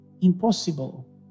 Impossible